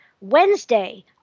Wednesday